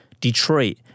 Detroit